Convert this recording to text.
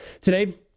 Today